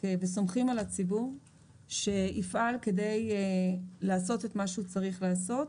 וסומכים על הציבור שיפעל כדי לעשות את מה שהוא צריך לעשות.